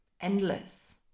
endless